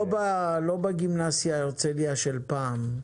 לא בגימנסיה הרצליה של פעם,